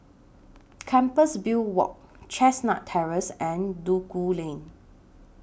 Compassvale Walk Chestnut Terrace and Duku Lane